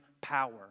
power